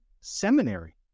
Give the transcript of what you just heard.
seminary